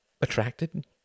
attracted